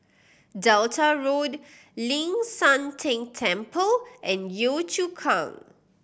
Delta Road Ling San Teng Temple and Yio Chu Kang